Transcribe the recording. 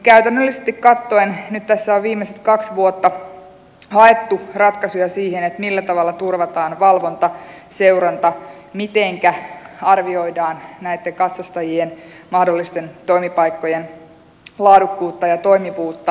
käytännöllisesti katsoen nyt tässä on viimeiset kaksi vuotta haettu ratkaisuja siihen millä tavalla turvataan valvonta seuranta mitenkä arvioidaan näitten katsastajien mahdollisten toimipaikkojen laadukkuutta ja toimivuutta